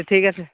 ঠিক আছে